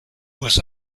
was